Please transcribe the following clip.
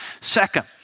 Second